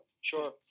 Sure